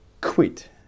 Quit